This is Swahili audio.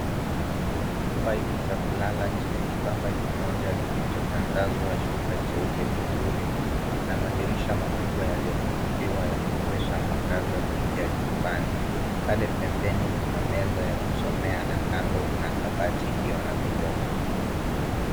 Chumba hiki cha kulala chenye kitanda kimoja kilichotandazwa shuka jeupe vizuri kina madirisha makubwa yaliyofunguliwa yakiwezesha mwangaza kuingia chumbani. Pale pembeni kuna meza ya kusomea na kando kuna kabati iliyo na vioo.